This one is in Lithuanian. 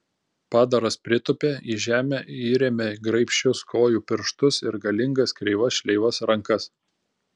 padaras pritūpė į žemę įrėmė graibščius kojų pirštus ir galingas kreivas šleivas rankas